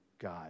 God